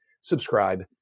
subscribe